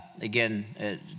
again